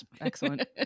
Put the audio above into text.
Excellent